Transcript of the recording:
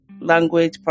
language